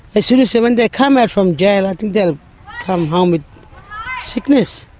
as soon as. so when they come out from jail i think they'll come home with sickness.